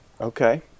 Okay